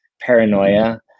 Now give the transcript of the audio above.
paranoia